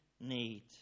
need